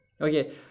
okay